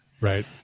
right